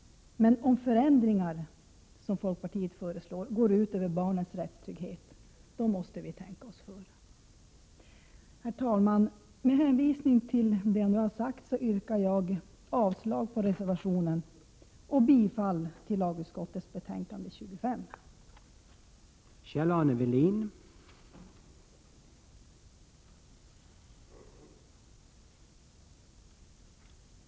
Men om förändringar, såsom folkpartiet föreslår, går ut över barnens rättstrygghet, då måste vi tänka oss för. Herr talman! Med hänvisning till vad jag nu har sagt yrkar jag avslag på reservationen och bifall till lagutskottets hemställan i dess betänkande 25.